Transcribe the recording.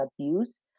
abuse